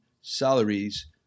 salaries